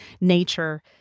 nature